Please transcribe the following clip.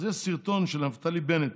יש סרטון של נפתלי בנט,